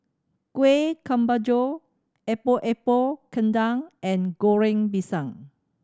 Kueh Kemboja Epok Epok Kentang and Goreng Pisang